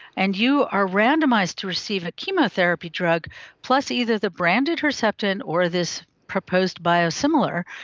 and you are randomised to receive a chemotherapy drug plus either the branded herceptin or this proposed biosimilar,